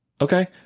Okay